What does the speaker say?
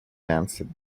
answered